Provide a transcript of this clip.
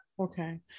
Okay